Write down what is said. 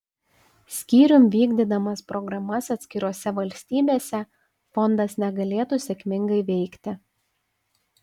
skyrium vykdydamas programas atskirose valstybėse fondas negalėtų sėkmingai veikti